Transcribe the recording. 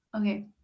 okay